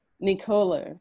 Nicola